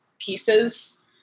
pieces